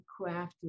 crafted